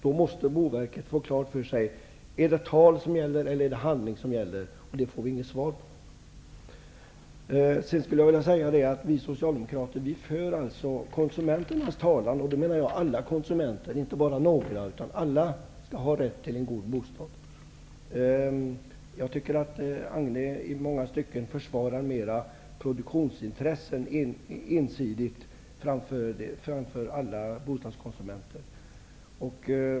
Då måste Boverket få klart för sig om det är tal eller handling som gäller. Det får vi inte något svar på. Vi socialdemokrater för konsumenternas talan. Då menar jag alla konsumenter, inte bara några. Alla skall ha rätt till en god bostad. Jag tycker att Agne Hansson i många stycken ensidigt försvarar produktionsintressen framför alla bostadskonsumenter.